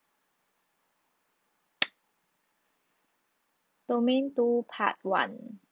domain two part one